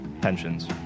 pensions